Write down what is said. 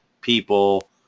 people